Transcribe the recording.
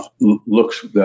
looks